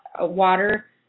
water